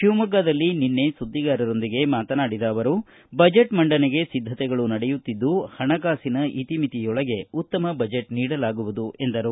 ಶಿವಮೊಗ್ಗದಲ್ಲಿ ನಿನ್ನೆ ಸುದ್ದಿಗಾರರೊಂದಿಗೆ ಮಾತನಾಡಿದ ಅವರು ಬಜೆಟ್ ಮಂಡನೆಗೆ ಸಿದ್ಧತೆಗಳು ನಡೆಯುತ್ತಿದ್ದು ಪಣಕಾಸಿನ ಇತಿ ಮಿತಿಯೊಳಗೆ ಉತ್ತಮ ಬಜೆಟ್ ನೀಡಲಾಗುವುದು ಎಂದರು